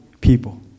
people